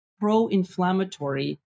pro-inflammatory